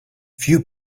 few